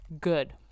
good